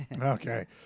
Okay